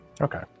Okay